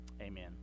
Amen